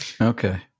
Okay